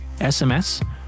SMS